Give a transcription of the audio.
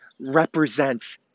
represents